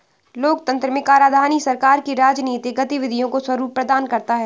लोकतंत्र में कराधान ही सरकार की राजनीतिक गतिविधियों को स्वरूप प्रदान करता है